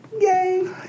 Yay